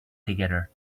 together